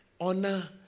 honor